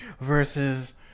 versus